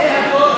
מסתובב.